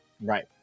right